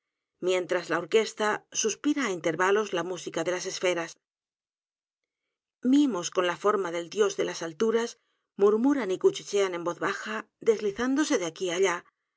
mientras la orquesta suspira á intervalos la música de las esferas mimos con la forma del dios délas alturas m u r m u r a n y cuchichean en voz baja deslizándose de aquí á allá